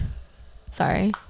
sorry